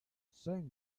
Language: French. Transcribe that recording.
cinq